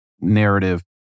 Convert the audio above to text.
narrative